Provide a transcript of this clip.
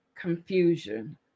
confusion